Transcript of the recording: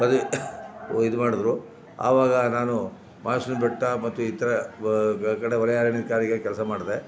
ಪದವಿ ಇದ್ಮಾಡಿದ್ರು ಆವಾಗ ನಾನು ಮಾದೇಶ್ವರನ ಬೆಟ್ಟ ಮತ್ತು ಇತರ ವ ಕಡೆ ವಲಯ ಅರಣ್ಯಾಧಿಕಾರಿಯಾಗಿ ಕೆಲಸ ಮಾಡಿದೆ